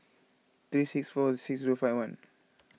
three six five four six zero five one